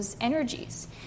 energies